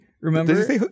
Remember